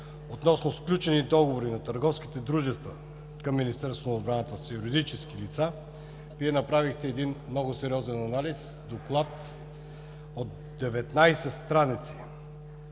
относно сключени договори на търговските дружества към Министерство на отбраната с юридически лица Вие направихте един много сериозен анализ, доклад от 19 страници